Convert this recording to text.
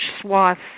swaths